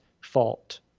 fault